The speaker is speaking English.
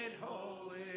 holy